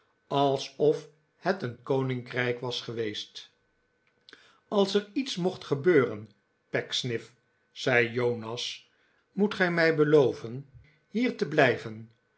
alsof het een koninkrijk was geweest als er iets mocht gebeuren pecksniff zei jonas moet gij mij beloven hier te blijven